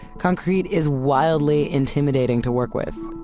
concrete is wildly intimidating to work with.